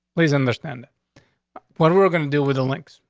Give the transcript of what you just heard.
please understand that what we're gonna do with the links,